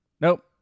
Nope